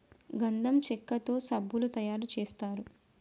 గంధం చెక్కతో సబ్బులు తయారు చేస్తారు